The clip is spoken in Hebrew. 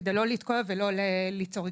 כדי לא לתקוע ולא ליצור עיכובים,